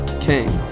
King